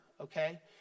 okay